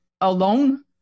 alone